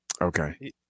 Okay